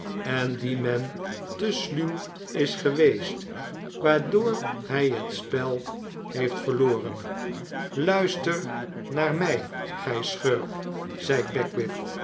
en dien men te sluw is geweest waardoor hij het spel heeft verloren luister naar mg gij schurk zei